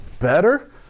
better